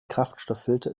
kraftstofffilter